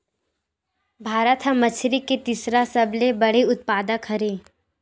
भारत हा मछरी के तीसरा सबले बड़े उत्पादक हरे